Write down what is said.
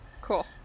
Cool